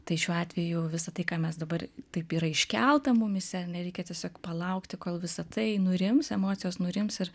tai šiuo atveju visa tai ką mes dabar taip yra iškelta mumyse reikia tiesiog palaukti kol visa tai nurims emocijos nurims ir